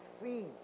see